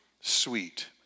sweet